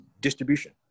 distribution